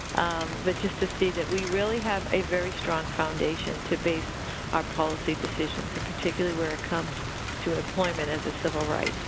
um but just to see that we really have a very strong foundation to base our policy decisions in particularly where it comes to employment as a civil right.